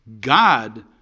God